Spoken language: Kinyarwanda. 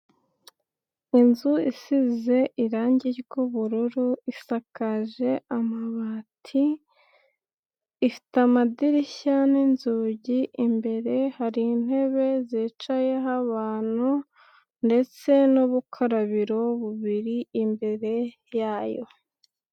Inzu isize irangi ry'ubururu, isakaje amabati, ifite amadirishya ni'inzugi, imbere hari intebe zicayeho abantu, ndetse n'ubukarabiro bubiri imbere yayo.